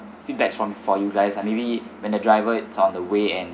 feedbacks from for you guys uh maybe when the driver is on the way and